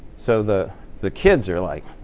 so the the kids are like